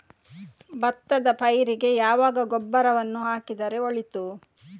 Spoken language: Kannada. ಭತ್ತದ ಪೈರಿಗೆ ಯಾವಾಗ ಗೊಬ್ಬರವನ್ನು ಹಾಕಿದರೆ ಒಳಿತು?